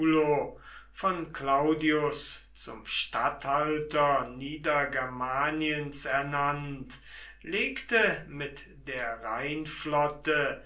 von claudius zum statthalter niedergermaniens ernannt legte mit der